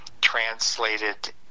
Translated